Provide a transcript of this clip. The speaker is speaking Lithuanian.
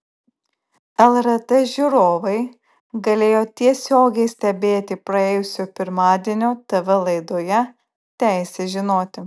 lrt žiūrovai galėjo tiesiogiai stebėti praėjusio pirmadienio tv laidoje teisė žinoti